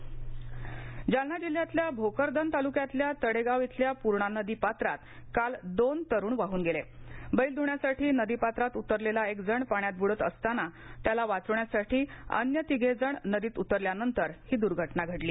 जालना दुर्घटना जालना जिल्ह्यातल्या भोकरदन तालुक्यातल्या तड्याप्रि इथल्या पूर्णा नदीपात्रात काल दोन तरुण वाहून गद्धा अेल ध्ण्यासाठी नदी पात्रात उतरलघ्वी एकजण पाण्यात बुडत असताना त्याला वाचण्यासाठी अन्य तिघ्वीण नदीत उतरल्यानंतर ही दुर्घटना घडली